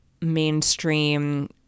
mainstream